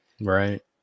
Right